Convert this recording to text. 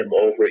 over